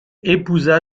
épousa